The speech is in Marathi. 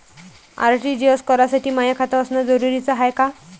आर.टी.जी.एस करासाठी माय खात असनं जरुरीच हाय का?